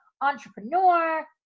entrepreneur